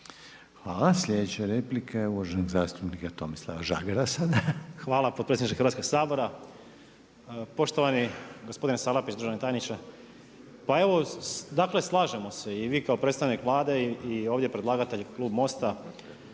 Hvala. Sljedeća replika je uvaženog zastupnika Tomislava Žagara. **Žagar, Tomislav (Nezavisni)** Hvala potpredsjedniče Hrvatskog sabora. Poštovani gospodine Salapić državni tajniče, pa evo dakle slažemo se i vi kao predstavnik Vlade i ovdje predlagatelj klub MOST-a